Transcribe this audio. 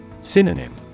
Synonym